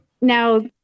Now